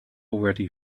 already